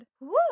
Woo